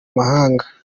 mahanga